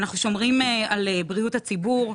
אנחנו שומרים על בריאות הציבור,